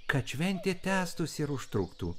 kad šventė tęstųsi ir užtruktų